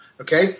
Okay